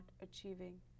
achieving